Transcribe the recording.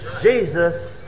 Jesus